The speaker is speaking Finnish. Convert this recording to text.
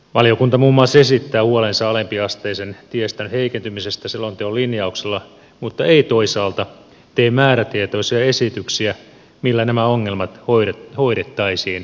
valiokunta muun muassa esittää huolensa alempiasteisen tiestön heikentymisestä selonteon linjauksilla mutta ei toisaalta tee määrätietoisia esityksiä millä nämä ongelmat hoidettaisiin